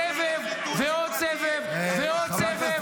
סבב ועוד סבב ועוד סבב.